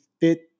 fit